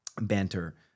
banter